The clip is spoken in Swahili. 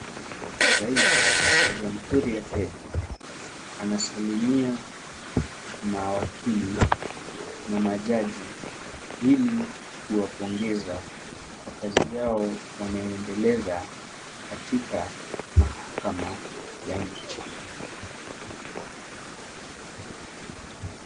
Rais wa Jamhuri ya Kenya anasalimia mawakili na majaji ili kuwapongeza kwa kazi yao wanayoendeleza katika mahakama ya nchi.